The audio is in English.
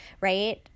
right